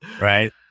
Right